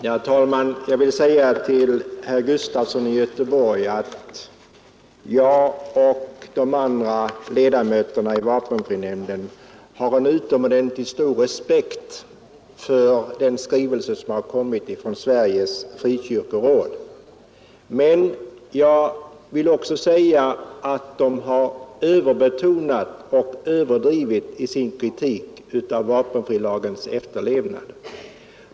Herr talman! Jag vill till herr Gustafson i Göteborg säga att jag och de andra ledamöterna i vapenfrinämnden har en utomordentligt stor respekt för den skrivelse som kommit från Sveriges frikyrkoråd. Men rådet har överbetonat och överdrivit sin kritik av vapenfrilagens efterlevnad.